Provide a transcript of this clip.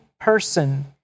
person